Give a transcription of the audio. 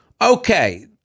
okay